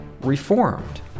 reformed